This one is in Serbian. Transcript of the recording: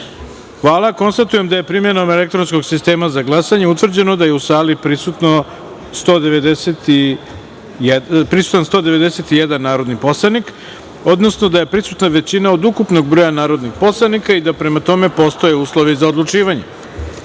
jedinice. Konstatujem da je primenom elektronskog sistema za glasanje utvrđeno da je u sali prisutan 191 narodni poslanik, odnosno da je prisutna većina od ukupnog broja narodnih poslanika i da prema tome postoje uslovi za odlučivanje. Prelazimo